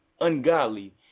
ungodly